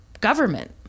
government